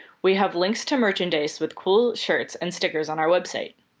we have links to merchandise with cool shirts and stickers on our website.